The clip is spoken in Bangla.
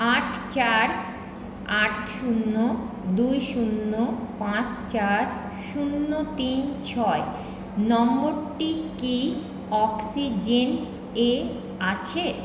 আট চার আট শূন্য দুই শূন্য পাঁচ চার শূন্য তিন ছয় নম্বরটি কি অক্সিজেন এ আছে